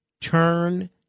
turn